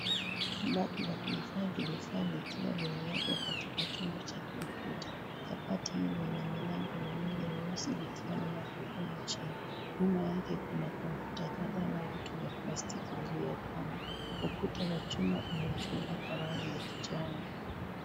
Kabati la kuhifadhi vifaa likiwa limewekwa katika chumba cha kompyuta , kabati hii lina milango miwili nyeusi likiwa na magurudumu chini nyuma yake kuna kompyuta kadhaa na viti vya plastiki vilivyopangwa , ukuta wa chuma umechorwa kwa rangi ya kijani.